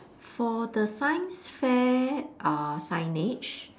for the science fair uh signage